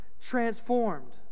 transformed